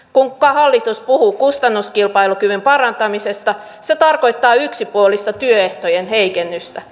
kun hallitus puhuu kustannuskilpailukyvyn parantamisesta se tarkoittaa yksipuolista työehtojen heikennystä